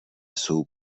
jsou